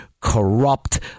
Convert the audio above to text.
corrupt